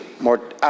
more